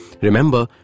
Remember